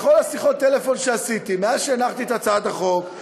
בכל שיחות הטלפון שעשיתי מאז שהנחתי את הצעת החוק,